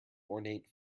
ornate